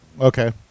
Okay